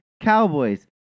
cowboys